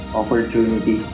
opportunity